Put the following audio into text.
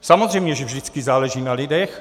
Samozřejmě že vždycky záleží na lidech.